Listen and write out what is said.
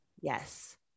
Yes